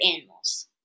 animals